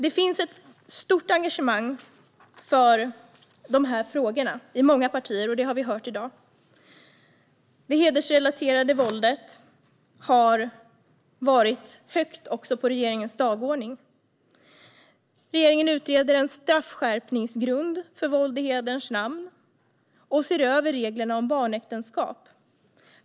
Det finns ett stort engagemang för dessa frågor i många partier; det har vi hört i dag. Det hedersrelaterade våldet har stått högt upp också på regeringens dagordning. Regeringen utreder en straffskärpningsgrund för våld i hederns namn och ser över reglerna om barnäktenskap.